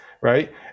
right